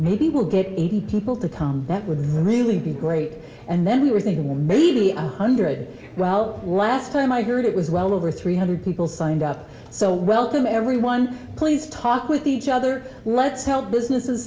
maybe we'll get people to come that would be really great and then we were thinking well maybe a hundred well last time i heard it was well over three hundred people signed up so welcome everyone please talk with each other let's help businesses